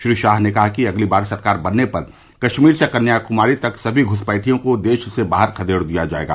श्री शाह ने कहा कि अगली बार सरकार बनने पर कश्मीर से कन्या क्मारी तक सभी घुसपैठियों को देश से बाहर खदेड़ दिया जायेगा